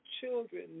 children